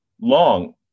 long